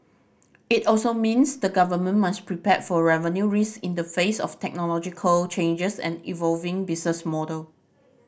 it also means the government must prepare for revenue risk in the face of technological changes and evolving business model